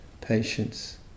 patience